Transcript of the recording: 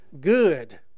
good